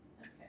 Okay